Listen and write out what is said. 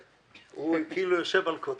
הרווחה והשירותים החברתיים חיים כץ: